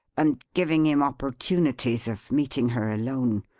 and giving him opportunities of meeting her alone.